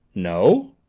no!